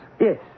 Yes